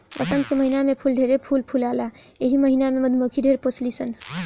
वसंत के महिना में फूल ढेरे फूल फुलाला एही महिना में मधुमक्खी ढेर पोसली सन